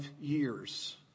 years